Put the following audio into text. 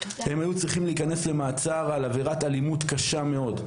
הם היו צריכים להיכנס למעצר על עבירת אלימות קשה מאוד,